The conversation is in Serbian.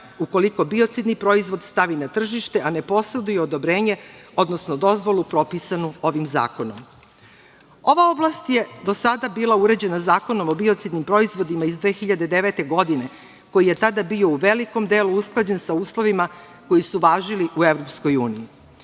ukoliko biocidni proizvod stavi na tržište, a ne poseduje odobrenje, odnosno dozvolu propisanu ovim zakonom. Ova oblast je do sada bila uređena Zakonom o biocidnim proizvodima iz 2009. godine, koji je tada bio u velikom delu usklađen sa uslovima koji su važili u EU.